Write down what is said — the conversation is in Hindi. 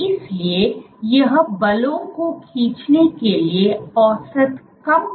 इसलिए यह बलों को खींचने के लिए औसत कम संवेदनशील है